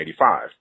1985